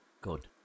good